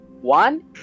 One